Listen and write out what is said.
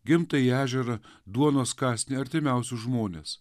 gimtąjį ežerą duonos kąsnį artimiausius žmones